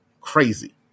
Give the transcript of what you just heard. crazy